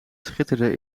schitterde